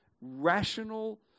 rational